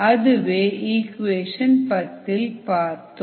அதுவே இக்குவேஷன் 10 இல் பார்த்தோம்